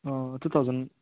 two thousand